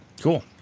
Cool